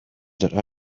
that